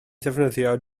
ddefnyddio